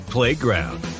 Playground